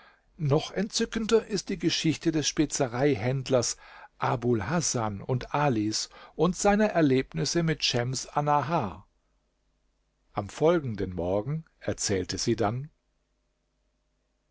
noch entzückender ist die geschichte des spezereihändlers abul hasan und alis und seiner erlebnisse mit schems annahar am folgenden morgen erzählte sie dann